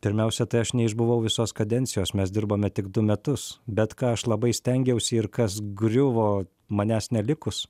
pirmiausia tai aš neišbuvau visos kadencijos mes dirbame tik du metus bet ką aš labai stengiausi ir kas griuvo manęs nelikus